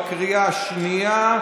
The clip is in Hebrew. על כל הצעת החוק בקריאה השנייה,